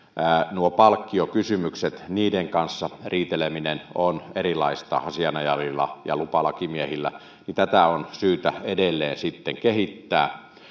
palkkiokysymykset niistä riiteleminen on erilaista asianajajilla ja lupalakimiehillä niin tätä on syytä edelleen kehittää